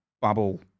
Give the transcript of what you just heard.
bubble